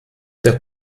der